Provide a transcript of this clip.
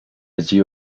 allí